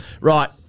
Right